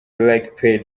like